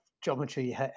geometry